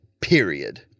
period